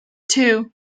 two